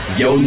yo